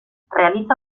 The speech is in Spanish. realiza